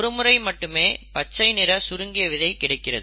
ஒரு முறை மட்டுமே பச்சை நிற சுருங்கிய விதை கிடைக்கிறது